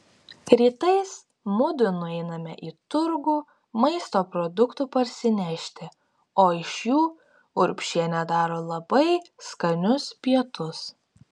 rytais mudu nueiname į turgų maisto produktų parsinešti o iš jų urbšienė daro labai skanius pietus